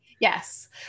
Yes